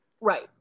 Right